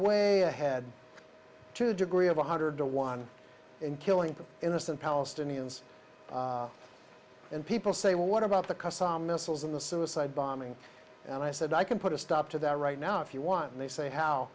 way ahead to the degree of one hundred to one in killing of innocent palestinians and people say well what about the cousin missiles in the suicide bombing and i said i can put a stop to that right now if you want and they say how